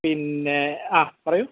പിന്നെ ആ പറയൂ